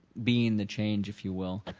being the change if you will.